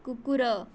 କୁକୁର